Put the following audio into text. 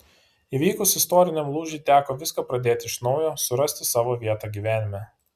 įvykus istoriniam lūžiui teko viską pradėti iš naujo surasti savo vietą gyvenime